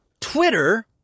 Twitter